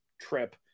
trip